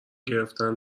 گرفتن